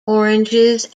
oranges